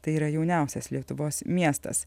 tai yra jauniausias lietuvos miestas